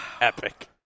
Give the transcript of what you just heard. Epic